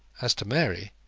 as to mary,